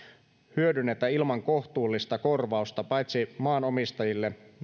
hyödynnetä ilman kohtuullista korvausta paitsi maanomistajille